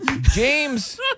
James